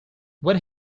when